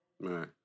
Right